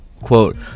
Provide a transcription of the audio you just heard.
Quote